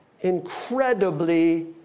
incredibly